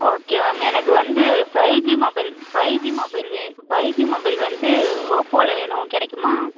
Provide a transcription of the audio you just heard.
okay ma'am எனக்கு வந்து five G mobile five G mobile வே ஃபைவ் ஜி மொபைல் வந்து ஓப்போவில வேணும் கிடைக்குமா